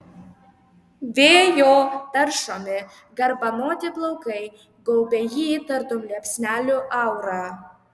vėjo taršomi garbanoti plaukai gaubia jį tartum liepsnelių aura